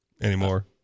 anymore